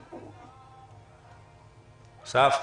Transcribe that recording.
--- אסף?